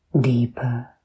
deeper